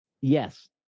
Yes